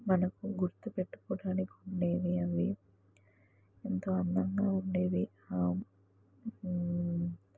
మనకు గుర్తు పెట్టుకోవడానికి ఉండేవి అవి ఎంతో అందంగా ఉండేవి అ